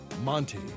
Monty